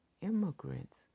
immigrants